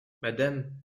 madame